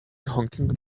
honking